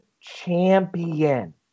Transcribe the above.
champion